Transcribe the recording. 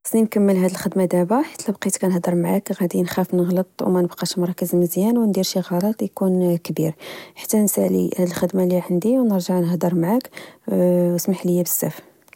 خصني نكمل هاد الخدمة دبا، حيت لا بقيت كنهضر معاك غادي نخاف نغلط، وما نبقاش مركز مزيان وندير شي غلط يكون كبير حتى نسالي ها الخدمة إللي عندي ونرجع نهدر معاك اسمح ليا بزاف